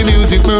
Music